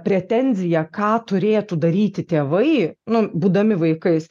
pretenziją ką turėtų daryti tėvai nu būdami vaikais